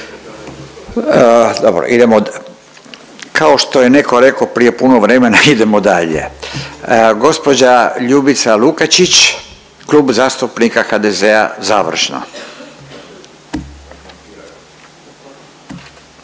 Dobro, idemo kao što je netko rekao prije puno vremena idemo dalje. Gospođa Ljubica Lukačić, Klub zastupnika HDZ-a završno.